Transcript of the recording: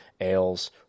ales